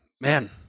man